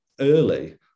early